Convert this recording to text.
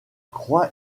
croix